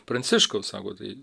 pranciškaus sako tai